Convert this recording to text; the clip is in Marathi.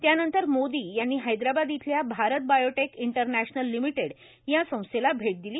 त्यानंतर मोदी यांनी हैदराबाद इथल्या भारत बायोटेक इंटरनॅशनल लिमिटेड या संस्थेला भेट दिली